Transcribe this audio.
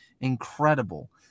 Incredible